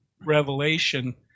Revelation